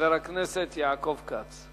חבר הכנסת יעקב כץ.